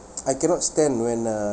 I cannot stand when uh